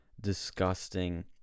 disgusting